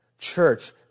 Church